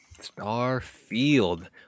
Starfield